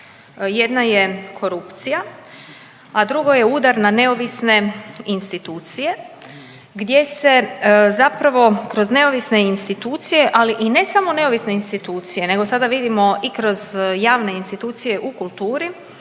jedna je korupcija, a drugo je udar na neovisne institucije gdje se zapravo kroz neovisne institucije ali i ne samo neovisne institucije nego sada vidimo i kroz javne institucije u kulturi,